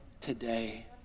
today